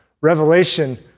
revelation